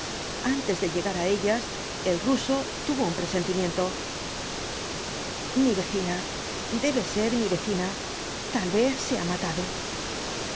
antes de llegar á ellas el ruso tuvo un presentimiento mi vecina debe ser mi vecina tal vez se ha matado